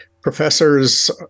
professors